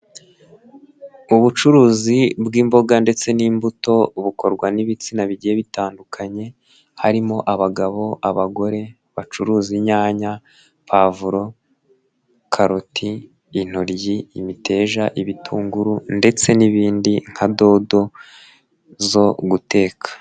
Ubucuruzi bw'imboga ndetse n'imbuto bukorwa n'ibitsina bigiye bitandukanye. Harimo abagabo abagore, bacuruza inyanya, pavuro, karoti, intoryi, imiteja, ibitunguru, ndetse n'ibindi, nka dodo zo guteka.